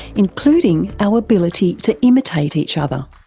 including our ability to imitate each other.